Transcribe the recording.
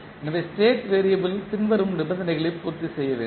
எனவே state variable பின்வரும் நிபந்தனைகளை பூர்த்தி செய்ய வேண்டும்